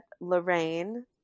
Lorraine